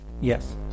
Yes